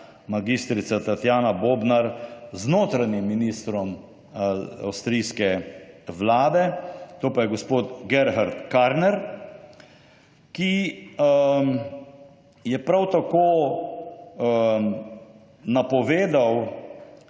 ministrica mag. Tatjana Bobnar z notranjim ministrom avstrijske vlade, to pa je gospod Gerhard Karner, ki je prav tako napovedal,